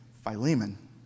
Philemon